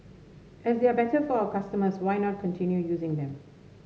as they are better for our customers why not continue using them